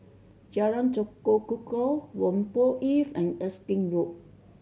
Jalan Tekukor Whampoa East and Erskine Road